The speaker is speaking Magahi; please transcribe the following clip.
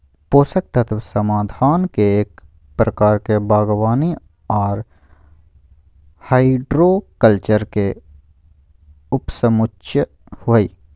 पोषक तत्व समाधान एक प्रकार के बागवानी आर हाइड्रोकल्चर के उपसमुच्या हई,